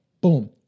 Boom